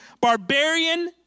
barbarian